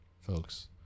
folks